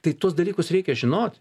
tai tuos dalykus reikia žinot